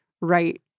right